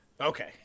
okay